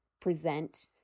present